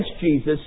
Jesus